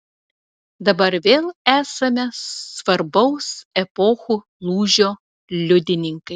dabar vėl esame svarbaus epochų lūžio liudininkai